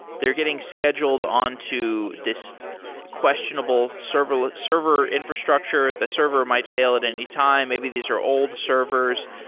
they're getting scheduled on to this questionable server server infrastructure. the server might fail at any time. maybe these are old servers.